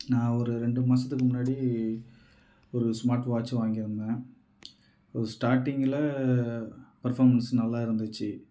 நான் ஒரு ரெண்டு மாதத்துக்கு முன்னாடி ஒரு ஸ்மார்ட் வாட்ச் வாங்கியிருந்தேன் அது ஸ்டார்டிங்கில் பர்ஃபாமென்ஸ் நல்லா இருந்துச்சு